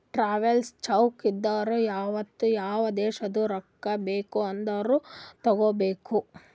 travellers cheque ಇದ್ದೂರು ಐಯ್ತ ಯಾವ ದೇಶದು ರೊಕ್ಕಾ ಬೇಕ್ ಆದೂರು ತಗೋಬೋದ